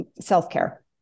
self-care